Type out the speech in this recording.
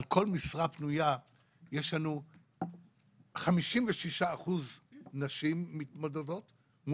יש לנו 56% נשים מתמודדות,